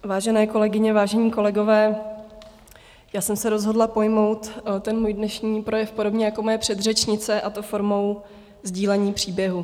Vážené kolegyně, vážení kolegové, já jsem se rozhodla pojmout svůj dnešní projev podobně jako moje předřečnice, a to formou sdílení příběhu.